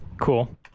cool